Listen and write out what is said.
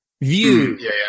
view